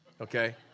okay